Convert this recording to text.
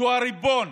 הריבון,